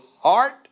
heart